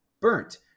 Burnt